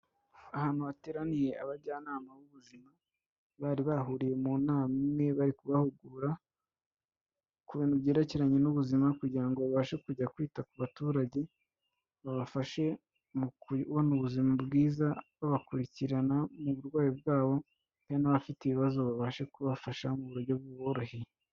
Ahantu hateraniye abajyanama b'ubuzima, bari bahuriye mu nama imwe, bari kubahugura ku bintu byerekeranye n'ubuzima, kugira ngo babashe kujya kwita ku baturage, babafashe mu kubona ubuzima bwiza, babakurikirana mu burwayi bwabo, hari n'abafite ibibazo babashe kubafasha mu buryo buboroheye.